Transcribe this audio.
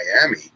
Miami